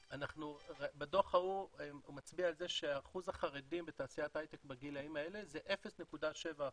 הדו"ח מצביע על זה שאחוז החרדים בתעשיית ההייטק בגילאים האלה זה 0.7%,